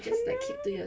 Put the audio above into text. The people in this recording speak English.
!hanna!